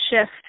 shift